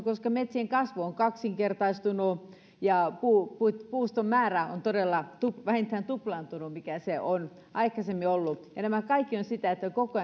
koska metsien kasvu on kaksinkertaistunut ja puuston määrä on todella vähintään tuplaantunut siitä mikä se on aikaisemmin ollut ja nämä kaikki ovat sitä että koko